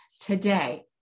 Today